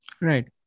Right